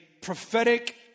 prophetic